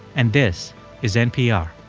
and this is npr